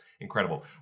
Incredible